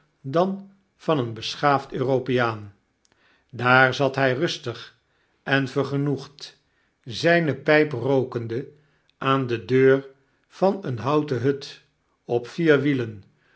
dan van een beschaafd europeaan daar zat hij rustig en vergenoegd zyne pyp rookende aan de deur van eene houten hut op vier wielen